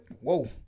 Whoa